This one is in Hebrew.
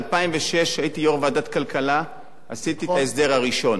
הייתי יושב-ראש ועדת הכלכלה ועשיתי את ההסדר הראשון.